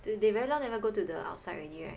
do they very long never go to the outside already right